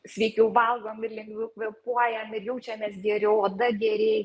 sveikiau valgom ir lengviau kvėpuojam ir jaučiamės geriau oda gerėj